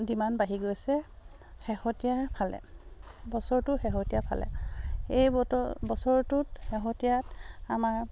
demand বাঢ়ি গৈছে শেহতীয়াৰ ফালে বছৰটোৰ শেহতীয়া ফালে এই বতৰ বছৰটোত শেহতীয়া আমাৰ